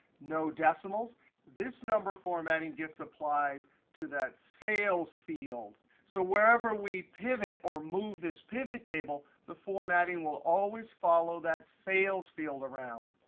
no decimals this number formatting gets applied to that sales field. so wherever we pivot or move this pivottable, the formatting will always follow that sales field around.